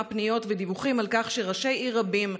פניות ודיווחים על כך שראשי עיר רבים,